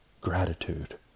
gratitude